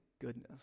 goodness